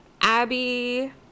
Abby